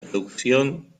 producción